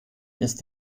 ist